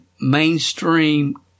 mainstream